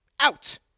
Out